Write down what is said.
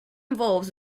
involves